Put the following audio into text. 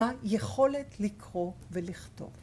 ‫היכולת לקרוא ולכתוב.